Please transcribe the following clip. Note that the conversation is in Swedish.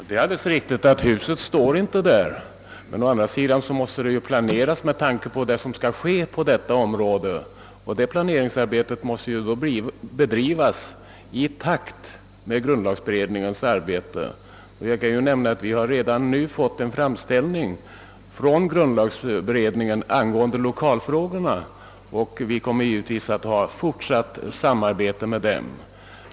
Herr talman! Det är alldeles riktigt att huset inte står där. Det måste emellertid planeras med tanke på vad som skall hända på detta område. Planeringsarbetet måste bedrivas i takt med grundlagsberedningens arbete. Vi har redan nu fått en framställning från grundlagsberedningen angående lokalfrågorna, och vi kommer givetvis att ha fortsatt samarbete med den.